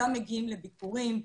גם מגיעים לביקורים,